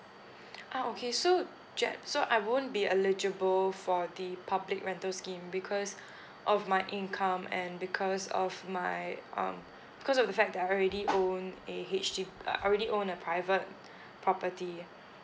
ah okay so ju~ so I won't be eligible for the public rental scheme because of my income and because of my um because of the fact that I already own a H_D uh I already own a private property